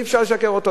אי-אפשר לשקר אותו,